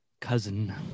Cousin